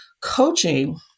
coaching